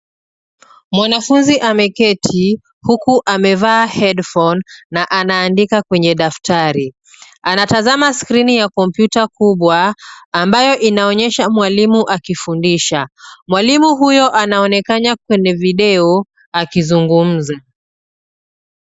Mwanafunzi ameketi huku amevaa headphone na anaandika kwenye daftari. Anatamaza skrini ya kompyuta kubwa ambayo inaonyesha mwalimu akifunza. Mwalimu huyo anaonekana kwenye [cs[video akizungumza.